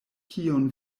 kion